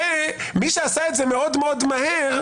ומי שעשה את זה מאוד מאוד מהר,